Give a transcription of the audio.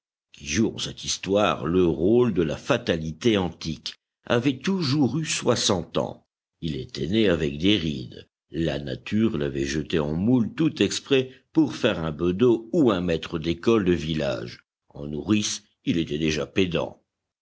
qui joue en cette histoire le rôle de la fatalité antique avait toujours eu soixante ans il était né avec des rides la nature l'avait jeté en moule tout exprès pour faire un bedeau ou un maître d'école de village en nourrice il était déjà pédant